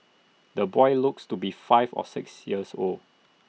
the boy looks to be five or six years old